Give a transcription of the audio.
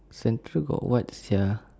central got what sia